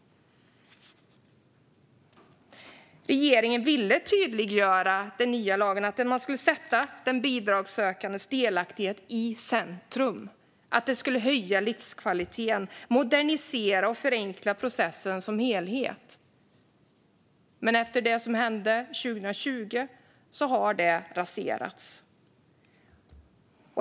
Regeringen ville med den nya lagen tydliggöra och sätta den bidragssökandes delaktighet i centrum. Man ville att det skulle höja livskvaliteten och modernisera och förenkla processen som helhet. Men efter det som hände 2020 har detta raserats.